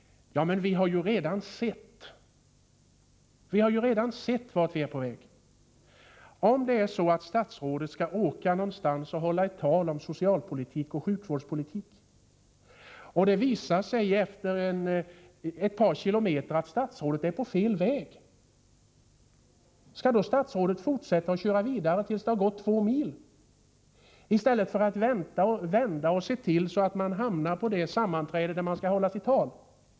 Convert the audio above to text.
Ja, men vi har ju redan sett vart vi är på väg. Om det är så att statsrådet skall åka någonstans och hålla ett tal om socialpolitik och sjukvårdspolitik och det efter en kilometer visar sig att statsrådet är på fel väg, skall då statsrådet fortsätta tills hon har kört två mil, i stället för att vända och se till att hon hamnar på det sammanträde där hon skall hålla sitt tal?